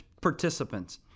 participants